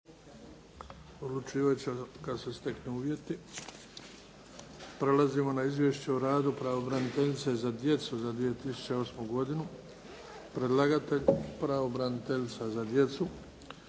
**Bebić, Luka (HDZ)** Prelazimo na Izvješće o radu pravobraniteljice za djecu za 2008. godinu. Predlagatelj pravobraniteljica za djecu.